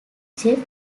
jeff